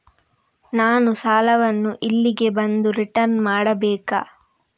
ನಾನು ಸಾಲವನ್ನು ಇಲ್ಲಿಗೆ ಬಂದು ರಿಟರ್ನ್ ಮಾಡ್ಬೇಕಾ?